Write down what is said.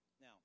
Now